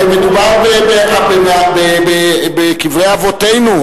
הרי מדובר בקברי אבותינו,